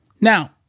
Now